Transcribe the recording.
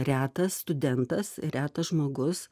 retas studentas retas žmogus